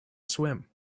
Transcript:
swim